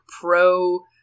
pro